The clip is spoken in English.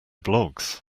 bloggs